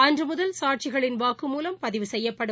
அன்று முதல் சாட்சிகளின் வாக்கு மூலம் பதிவு செய்யப்படும்